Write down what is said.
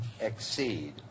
exceed